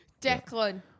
Declan